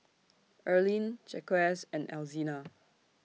Erline Jacquez and Alzina